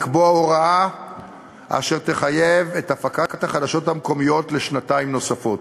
לקבוע הוראה אשר תחייב את הפקת החדשות המקומיות לשנתיים נוספות.